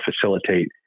facilitate